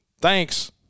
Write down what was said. Thanks